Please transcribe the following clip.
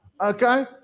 Okay